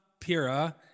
Pira